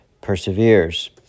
perseveres